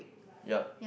yea